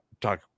talk